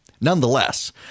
Nonetheless